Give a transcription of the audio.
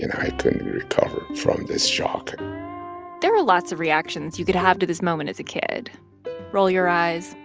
and i couldn't recover from this shock there are lots of reactions you could have to this moment as a kid roll your eyes,